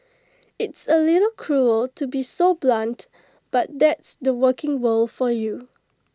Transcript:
it's A little cruel to be so blunt but that's the working world for you